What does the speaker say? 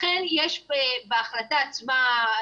לכן יש בהחלטה עצמה,